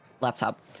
laptop